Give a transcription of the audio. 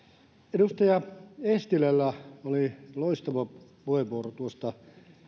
edustaja eestilällä oli loistava puheenvuoro tuosta